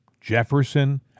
Jefferson